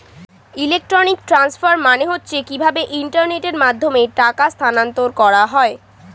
electronic transfer মানে হচ্ছে কিভাবে ইন্টারনেটের মাধ্যমে টাকা স্থানান্তর করা হয়